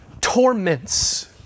torments